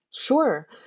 Sure